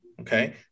okay